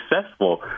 successful